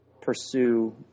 pursue